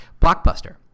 Blockbuster